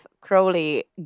crowley